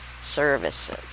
services